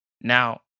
Now